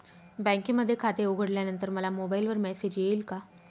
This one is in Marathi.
बँकेमध्ये खाते उघडल्यानंतर मला मोबाईलवर मेसेज येईल का?